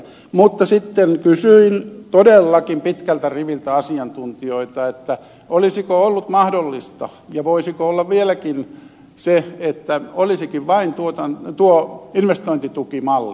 mutta sitten kysyin todellakin pitkältä riviltä asiantuntijoita olisiko ollut mahdollista ja voisiko olla vieläkin mahdollista se että olisikin vain tuo investointitukimalli